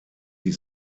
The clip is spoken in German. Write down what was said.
die